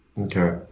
Okay